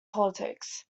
politics